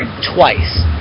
twice